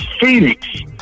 Phoenix